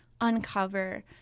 uncover